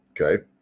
Okay